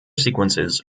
sequences